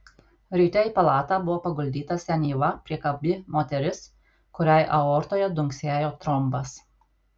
ryte į palatą buvo paguldyta senyva priekabi moteris kuriai aortoje dunksėjo trombas